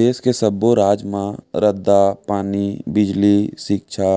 देस के सब्बो राज म रद्दा, पानी, बिजली, सिक्छा,